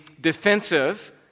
defensive